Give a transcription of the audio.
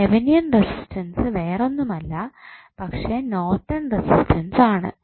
Thevenin resistance വേറൊന്നുമല്ല പക്ഷെ Norton resistance ആണ്